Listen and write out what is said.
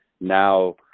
now